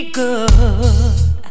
good